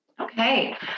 Okay